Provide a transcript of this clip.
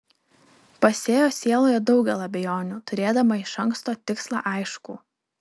pasėjo sieloje daugel abejonių turėdama iš anksto tikslą aiškų